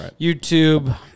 YouTube